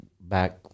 back